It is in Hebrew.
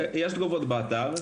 יש תגובות באתר.